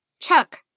Chuck